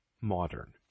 modern